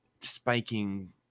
spiking